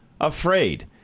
afraid